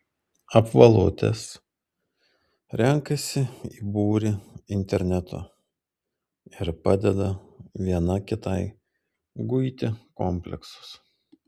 apvalutės renkasi į būrį internetu ir padeda viena kitai guiti kompleksus